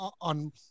on